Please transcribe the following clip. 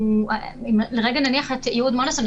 נניח לרגע את יהוד-מונוסון,